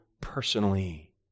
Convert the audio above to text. personally